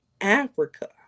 Africa